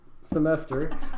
semester